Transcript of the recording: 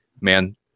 Man